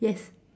yes